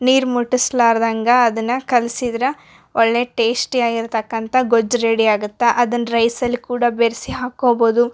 ನೀರು ಮುಟ್ಟಿಸಲಾರದಂಗ ಅದನ್ನ ಕಲ್ಸಿದ್ರ ಒಳ್ಳೆಯ ಟೇಸ್ಟಿಯಾಗಿರ್ತಕ್ಕಂಥ ಗೊಜ್ಜು ರೆಡಿಯಾಗತ್ತ ಅದನ್ನು ರೈಸಲ್ಲಿ ಕೂಡಾ ಬೆರಿಸಿ ಹಾಕೋಬೊದು